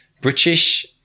British